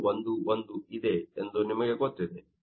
011 ಇದೆ ಎಂದು ನಿಮಗೆ ಗೊತ್ತಿದೆ